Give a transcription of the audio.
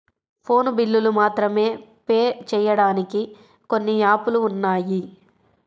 phone బిల్లులు మాత్రమే pay చెయ్యడానికి కొన్ని యాపులు ఉన్నాయి